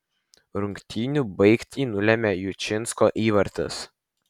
rungtynių baigtį nulėmė jučinsko įvartis